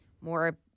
more